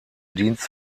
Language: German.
dienst